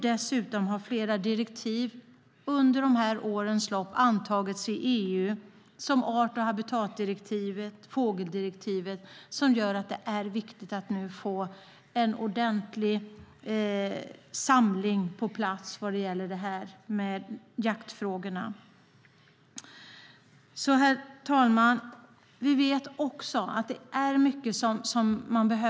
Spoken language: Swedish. Dessutom har flera direktiv under årens lopp antagits i EU, till exempel art och habitatdirektivet och fågeldirektivet, som gör att det är viktigt att nu få en ordentlig samling på plats vad gäller jaktfrågorna. Herr talman!